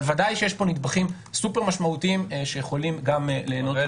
אבל ודאי שיש פה נדבכים סופר משמעותיים שיכולים גם ליהנות --- הראל,